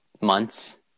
months